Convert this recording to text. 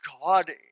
God